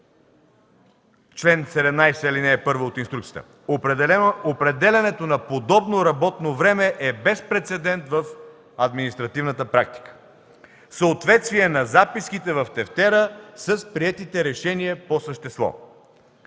чл. 17, ал. 1 от инструкцията. Определянето на подобно работно време е без прецедент в административната практика. Съответствие на записките в тефтера с приетите решения по същество.